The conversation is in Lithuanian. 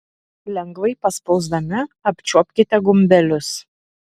lengvai paspausdami apčiuopkite gumbelius